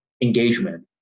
engagement